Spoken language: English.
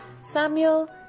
Samuel